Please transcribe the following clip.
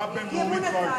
תמיכה בין-לאומית היתה.